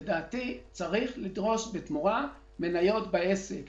לדעתי צריך לדרוש בתמורה מניות בעסק,